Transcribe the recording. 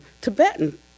Tibetan